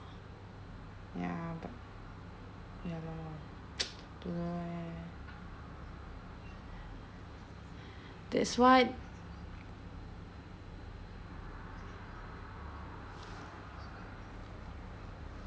ya but ya lor don't know eh that's why